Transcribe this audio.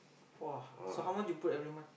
!wah! so how much you put every month